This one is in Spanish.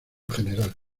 general